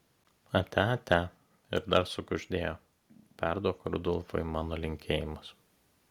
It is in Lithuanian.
atia atia ir dar sukuždėjo perduok rudolfui mano linkėjimus